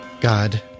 God